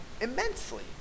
immensely